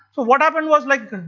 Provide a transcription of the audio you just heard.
what happened was like,